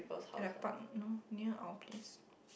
at the park no know near our place